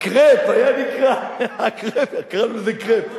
הקרפ היה נקרע, הקרפ, קראנו לזה "קרפ".